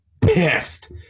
pissed